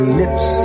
lips